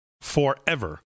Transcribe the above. forever